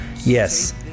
Yes